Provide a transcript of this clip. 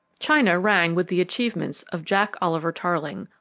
china rang with the achievements of jack oliver tarling,